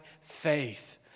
faith